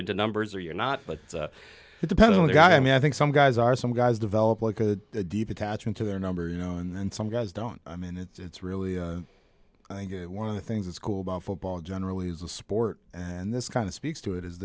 into numbers or you're not but it depends on the guy i mean i think some guys are some guys develop like a deep attachment to their number you know and then some guys don't i mean it's really i think one of the things that's cool about football generally is a sport and this kind of speaks to it